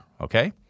okay